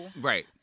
right